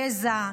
גזע,